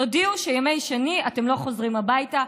תודיעו שבימי שני אתם לא חוזרים הביתה.